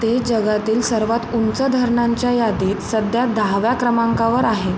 ते जगातील सर्वात उंच धरणांच्या यादीत सध्या दहाव्या क्रमांकावर आहे